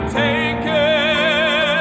taken